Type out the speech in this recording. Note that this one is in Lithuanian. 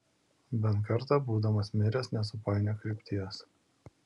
bent kartą būdamas miręs nesupainiok krypties